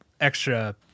extra